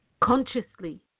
Consciously